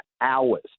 hours